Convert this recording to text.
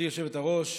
גברתי היושבת-ראש,